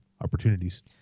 opportunities